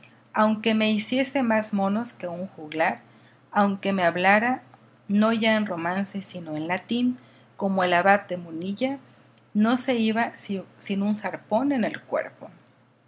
aunque me hiciese más monos que un juglar aunque me hablara no ya en romance sino en latín como el abad de munilla no se iba sin un arpón en el cuerpo